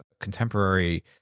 contemporary